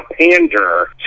pander